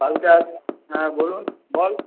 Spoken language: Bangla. কালকে আস হ্যাঁ বলুন বল